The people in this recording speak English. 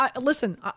Listen